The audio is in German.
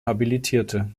habilitierte